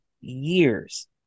years